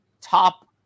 top